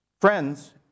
friends